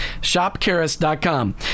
shopcaris.com